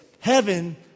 heaven